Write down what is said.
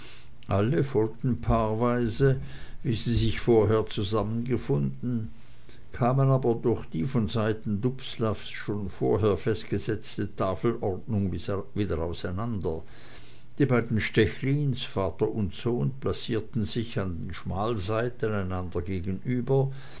alle folgten paarweise wie sie sich vorher zusammengefunden kamen aber durch die von seiten dubslavs schon vorher festgesetzte tafelordnung wieder auseinander die beiden stechlins vater und sohn placierten sich an den beiden schmalseiten einander gegenüber